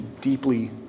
deeply